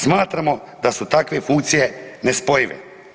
Smatramo da su takve funkcije nespojive.